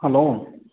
hello